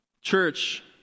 Church